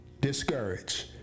discouraged